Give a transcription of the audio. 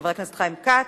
חבר הכנסת חיים כץ,